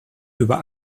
über